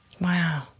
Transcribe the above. Wow